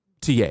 TA